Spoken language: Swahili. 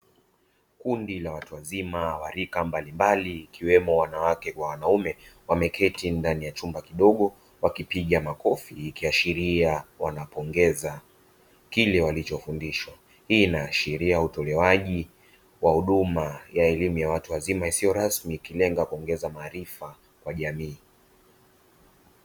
Kundi la watu wazima wa rika mbalimbali, ikiwemo wanawake kwa wanaume wameketi ndani ya chumba kidogo wakipiga makofi ikiashiria wanapongeza kile walichofundishwa; hii inaashiria utolewaji wa huduma ya elimu ya watu wazima isiyo rasmi ikilenga kuongeza maarifa kwa jamii.